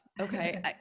okay